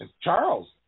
Charles